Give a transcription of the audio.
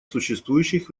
существующих